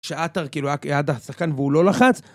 שעטר כאילו היה רק ליד השחקן והוא לא לחץ